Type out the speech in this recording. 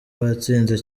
batsinze